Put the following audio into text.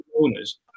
owners